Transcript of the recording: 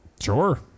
Sure